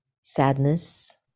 sadness